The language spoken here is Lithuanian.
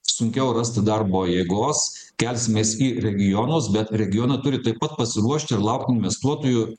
sunkiau rasti darbo jėgos kelsimės į regionus bet regionai turi taip pat pasiruošti ir laukt investuotojų